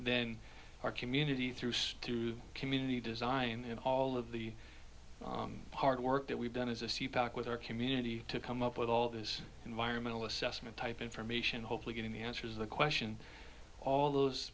then our community through to the community design and all of the hard work that we've done as a seat back with our community to come up with all this environmental assessment type information hopefully getting the answers the question all those